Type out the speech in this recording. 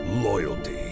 loyalty